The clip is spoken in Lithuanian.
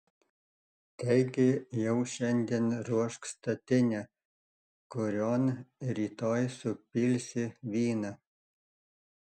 taigi jau šiandien ruošk statinę kurion rytoj supilsi vyną